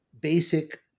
basic